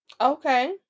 Okay